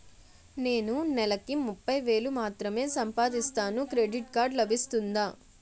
నేను నెల కి ముప్పై వేలు మాత్రమే సంపాదిస్తాను క్రెడిట్ కార్డ్ లభిస్తుందా?